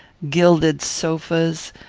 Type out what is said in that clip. gilded sofas,